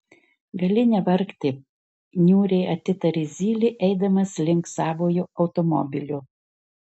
gali nevargti niūriai atitarė zylė eidamas link savojo automobilio